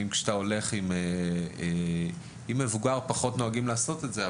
עם מבוגרים פחות נוהגים לעשות את זה.